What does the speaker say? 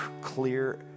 clear